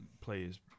players